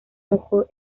ojo